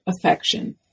affection